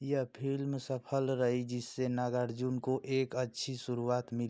यह फ़िल्म सफल रही जिससे नागार्जुन को एक अच्छी शुरुवात मिल